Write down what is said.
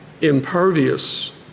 impervious